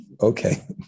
okay